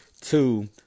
two